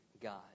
God